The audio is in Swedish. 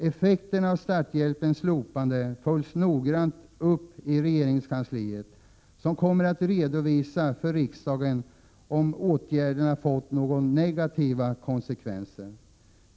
Effekterna av starthjälpens slopande följs noggrant upp i regeringskansliet som kommer att redovisa för riksdagen om åtgärden har fått några negativa konsekvenser.